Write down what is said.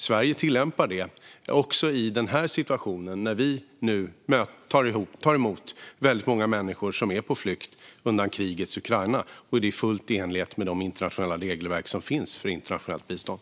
Sverige tillämpar det också i denna situation när vi nu tar emot väldigt många människor som är på flykt undan krigets Ukraina. Det är fullt i enlighet med de internationella regelverk som finns för internationellt bistånd.